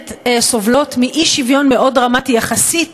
באמת סובלות מאי-שוויון דרמטי מאוד יחסית